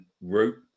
route